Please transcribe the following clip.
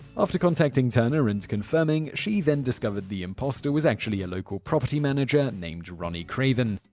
after contacting turner and confirming, she then discovered the impostor was actually a local property manager named ronnie craven.